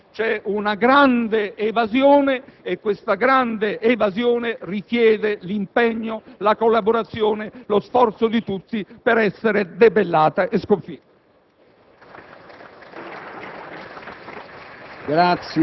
che qui non c'è un grande fratello, c'è una grande evasione che richiede l'impegno, la collaborazione e lo sforzo di tutti per essere debellata e sconfitta.